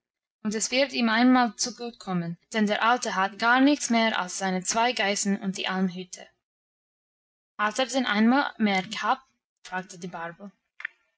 und es wird ihm einmal zugut kommen denn der alte hat gar nichts mehr als seine zwei geißen und die almhütte hat er denn einmal mehr gehabt fragte die barbel